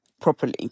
properly